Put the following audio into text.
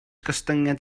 gostyngiad